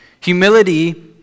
Humility